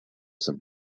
some